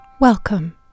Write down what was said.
Welcome